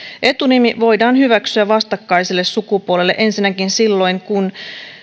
etunimi voidaan hyväksyä vastakkaiselle sukupuolelle ensinnäkin silloin kun